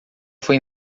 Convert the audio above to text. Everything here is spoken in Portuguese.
foi